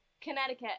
Connecticut